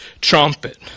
trumpet